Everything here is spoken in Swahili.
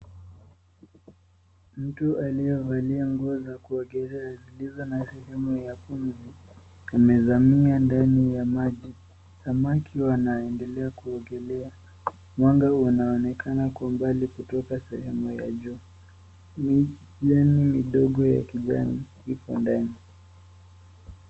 Mtu aliye valia nguo za kuogelea zilizo na sehemu ya pumzi amezama ndani ya maji. Samaki wanaendelea kuogelea. Mwanga unaonekana kwa umbali kutoka sehemu ya juu. Mijani midogo ya kijani iko ndani.